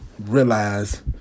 realize